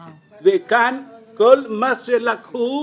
כאן, כל מה שלקחו,